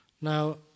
Now